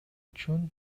үчүн